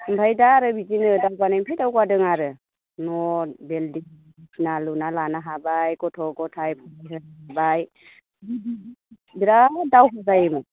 आमफाय दा आरो बिदिनो दावगानायनिफ्राय दावगादों आरो न' बिल्डिं बायदिसिना लुना लानो हाबाय गथ' गथाय फोरोंबाय बिराद दावहा जायोमोन